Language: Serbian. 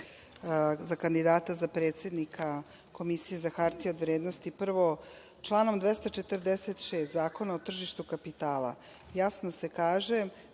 za kandidata za predsednika Komisije za hartije od vrednosti. Prvo, članom 246. Zakona o tržištu kapitala jasno se kaže